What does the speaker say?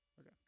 Okay